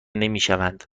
نمیشوند